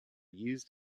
used